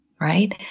right